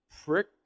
prick